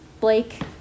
Blake